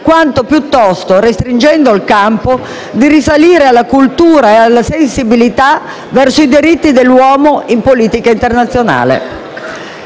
quanto piuttosto, restringendo il campo, di risalire alla cultura e sensibilità verso i diritti dell'uomo in politica internazionale.